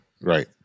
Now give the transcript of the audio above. right